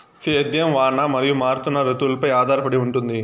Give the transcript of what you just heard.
సేద్యం వాన మరియు మారుతున్న రుతువులపై ఆధారపడి ఉంటుంది